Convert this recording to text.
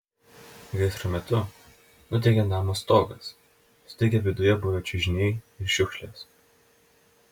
gaisro metu nudegė namo stogas sudegė viduje buvę čiužiniai ir šiukšlės